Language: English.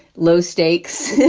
low stakes,